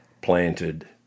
planted